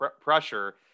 pressure